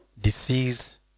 disease